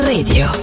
Radio